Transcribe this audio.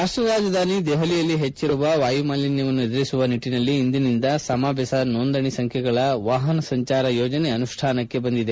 ರಾಷ್ಷ ರಾಜಧಾನಿ ದೆಹಲಿಯಲ್ಲಿ ಹೆಚ್ಚಿರುವ ವಾಯು ಮಾಲಿನ್ನವನ್ನು ಎದುರಿಸುವ ನಿಟ್ಟಿನಲ್ಲಿ ಇಂದಿನಿಂದ ಸಮ ಬೆಸ ನೋಂದಣಿ ಸಂಖ್ಯೆಗಳ ವಾಹನ ಸಂಚಾರ ಯೋಜನೆ ಅನುಷ್ಣಾನಕ್ಕೆ ಬಂದಿದೆ